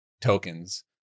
tokens